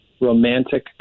Romantic